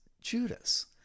Judas